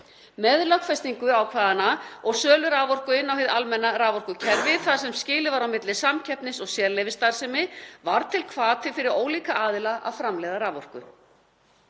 Með lögfestingu ákvæðanna og sölu raforku inn á hið almenna raforkukerfi, þar sem skilið var á milli samkeppnis- og sérleyfisstarfsemi, varð til hvati fyrir ólíka aðila að framleiða raforku.